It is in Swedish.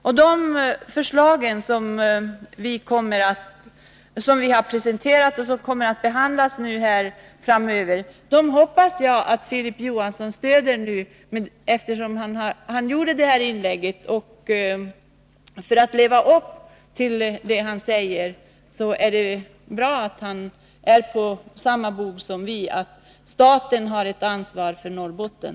Jag hoppas att Filip Johansson, för att leva upp till det som han sade i sitt inlägg, kommer att stödja de förslag som vihar presenterat och som kommer att behandlas framöver. Det är bra att han är på rätt bog och anser att staten har ett ansvar för Norrbotten.